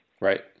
right